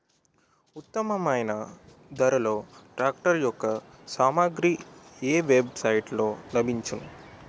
ఉత్తమమైన ధరలో ట్రాక్టర్ యెక్క సామాగ్రి ఏ వెబ్ సైట్ లో లభించును?